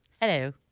Hello